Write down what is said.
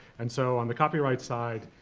and so, on the copyright side,